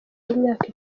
y’imyaka